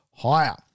higher